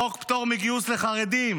חוק פטור מגיוס לחרדים.